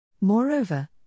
Moreover